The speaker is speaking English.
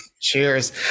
cheers